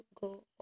go